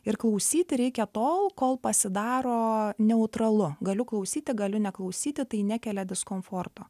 ir klausyti reikia tol kol pasidaro neutralu galiu klausyti galiu neklausyti tai nekelia diskomforto